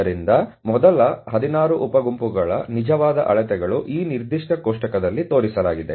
ಆದ್ದರಿಂದ ಮೊದಲ 16 ಉಪ ಗುಂಪುಗಳ ನಿಜವಾದ ಅಳತೆಗಳು ಈ ನಿರ್ದಿಷ್ಟ ಕೋಷ್ಟಕದಲ್ಲಿ ತೋರಿಸಲಾಗಿದೆ